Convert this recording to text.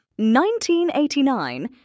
1989